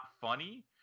funny